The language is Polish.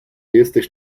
jesteś